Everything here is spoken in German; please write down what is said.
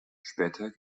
später